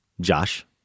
Josh